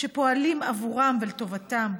שפועלים עבורם ולטובתם.